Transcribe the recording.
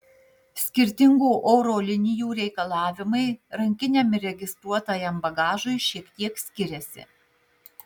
skirtingų oro linijų reikalavimai rankiniam ir registruotajam bagažui šiek tiek skiriasi